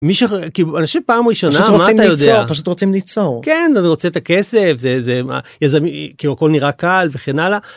מישהו כאילו אנשים פעם ראשונה רוצים ליצור כן אני רוצה את הכסף זה זה מה זה כאילו כל נראה קל וכן הלאה.